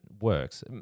works